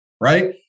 right